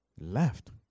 left